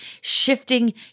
shifting